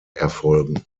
erfolgen